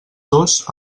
dos